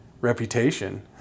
reputation